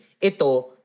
Ito